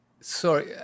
Sorry